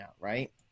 right